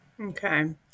Okay